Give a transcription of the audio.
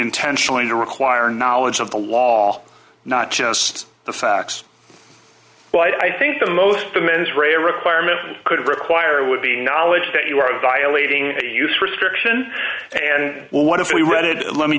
intentionally to require knowledge of the law not just the facts well i think the most the mens rea requirement could require would be knowledge that you are violating and use restriction and well what if we read it let me